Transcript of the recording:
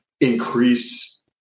increase